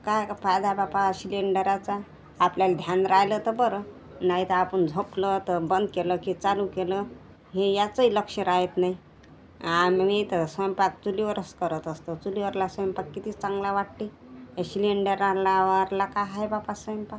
काय का फायदा बापा शिलेंडराचा आपल्याक ध्यान राहिलं तर बरं नाहितर आपण झोपलो तर बंद केलं की चालू केलं हे याचं इ लक्ष रहात नाही आमनी तर स्वयंपाक चुलीवरच करत असतो चुलीवरला स्वयंपाक किती चांगला वाटते हे शिलेंडरान लावा रला काय आहे बापा स्वयंपाक